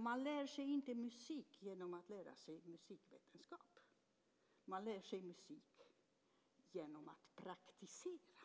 Man lär sig inte musik genom att lära sig musikvetenskap. Man lär sig musik genom att praktisera.